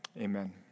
Amen